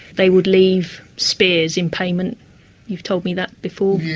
they would leave spears in payment you've told me that before.